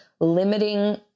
limiting